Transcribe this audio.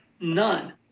None